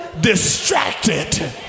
distracted